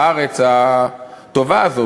בארץ הטובה הזאת,